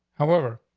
however,